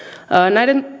näiden